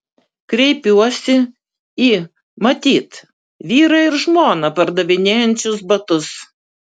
kreipiuosi į matyt vyrą ir žmoną pardavinėjančius batus